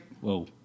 whoa